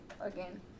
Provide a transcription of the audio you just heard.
again